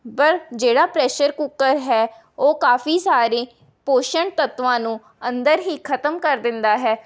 ਪਰ ਜਿਹੜਾ pressure cooker ਹੈ ਉਹ ਕਾਫ਼ੀ ਸਾਰੇ ਪੋਸ਼ਣ ਤੱਤਵਾਂ ਨੂੰ ਅੰਦਰ ਹੀ ਖ਼ਤਮ ਕਰ ਦਿੰਦਾ ਹੈ